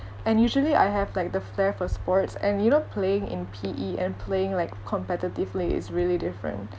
and usually I have like the flair for sports and you know playing in P_E and playing like competitively is really different